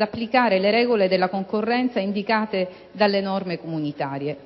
applicare le regole della concorrenza indicate dalle norme comunitarie,